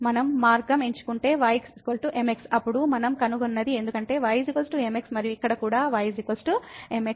మనం మార్గం ఎంచుకుంటే y mx అప్పుడు మనం కనుగొన్నది ఎందుకంటే y mx మరియు ఇక్కడ కూడా y mx